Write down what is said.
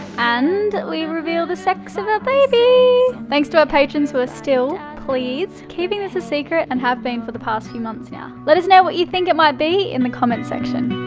and we reveal the sex of our ah baby. thanks to our patrons, who are still, please, keeping this a secret, and have been for the past few months now. let us know what you think it might be in the comment section.